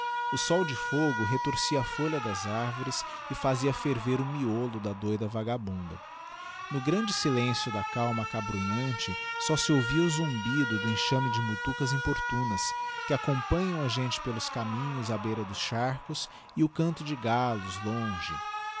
o sol de fogo retorcia a folha das arvores e fazia ferver o miolo da douda vagabunda no grande silencio da calma acabrunhante só se ouvia o zumbido do enxame de mutucas importunas que acompanham a gente pelos caminhos á beira dos charcos e o canto de gallos longe